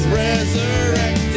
resurrected